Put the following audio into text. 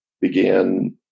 began